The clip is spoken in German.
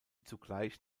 zugleich